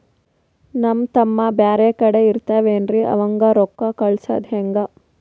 ನಮ್ ತಮ್ಮ ಬ್ಯಾರೆ ಕಡೆ ಇರತಾವೇನ್ರಿ ಅವಂಗ ರೋಕ್ಕ ಕಳಸದ ಹೆಂಗ?